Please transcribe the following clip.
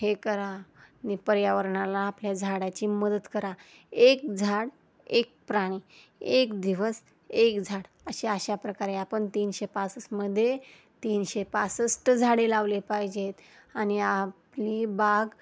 हे करा नि पर्यावरणाला आपल्या झाडाची मदत करा एक झाड एक प्राणी एक दिवस एक झाड अशी अशा प्रकारे आपण तीनशे पासष्टमध्ये तीनशे पासष्ट झाडे लावले पाहिजेत आणि आपली बाग